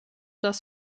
dass